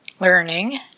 learning